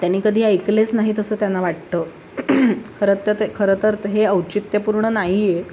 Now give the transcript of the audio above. त्यांनी कधी ऐकलेच नाहीत असं त्यांना वाटतं खरं तर ते खरं तर हे औचित्यपूर्ण नाही आहे